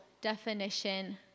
definition